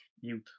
youth